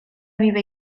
vive